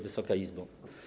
Wysoka Izbo!